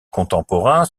contemporains